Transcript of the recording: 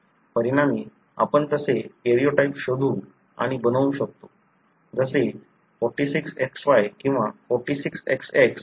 परिणामी आपण तसे कॅरिओटाइप शोधू आणि बनवू शकतो जसे 46XY किंवा 46XX जे आपण इथे पाहतो